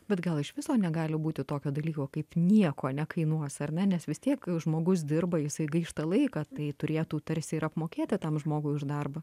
bet gal iš viso negali būti tokio dalyko kaip nieko nekainuos ar ne nes vis tiek žmogus dirba jisai gaišta laiką tai turėtų tarsi ir apmokėti tam žmogui už darbą